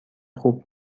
خوب